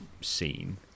scene